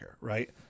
right